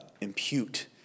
impute